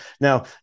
Now